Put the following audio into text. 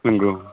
नोंगौ